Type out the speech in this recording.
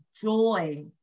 joy